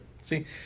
See